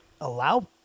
allow